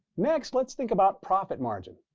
next, let's think about profit margin.